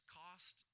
cost